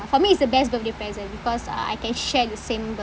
for me it's the best birthday present because uh I can share the same birthday